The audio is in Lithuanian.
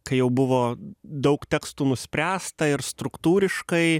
kai jau buvo daug tekstų nuspręsta ir struktūriškai